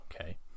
okay